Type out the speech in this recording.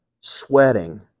sweating